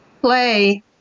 play